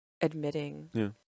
admitting